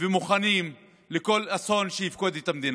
ומוכנים לכל אסון שיפקוד את המדינה.